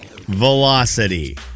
Velocity